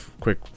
quick